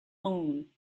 moon